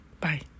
Bye